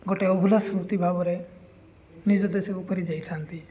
ଗୋଟେ ଅଭୁଲା ସ୍ମୃତି ଭାବରେ ନିଜ ଦେଶକୁ ଫେରିଯାଇଥାନ୍ତି